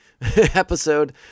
episode